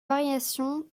variations